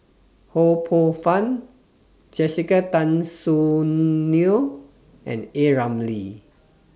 Ho Poh Fun Jessica Tan Soon Neo and A Ramli